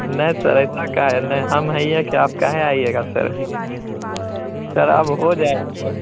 नहीं सर ऐसा काहे नहीं हम हइए हैं कि आप काहे आइएगा सर सर अब हो जाएगा सर